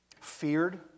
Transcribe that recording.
Feared